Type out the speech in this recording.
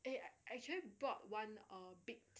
eh I actually bought one uh big